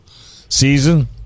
season